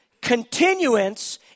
continuance